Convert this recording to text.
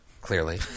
clearly